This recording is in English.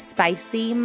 Spicy